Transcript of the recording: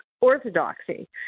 orthodoxy